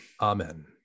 Amen